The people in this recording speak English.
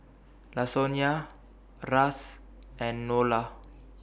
Lasonya A Ras and Nola